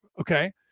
Okay